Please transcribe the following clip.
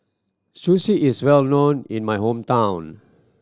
sushi is well known in my hometown